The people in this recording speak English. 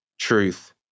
truth